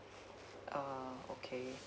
uh okay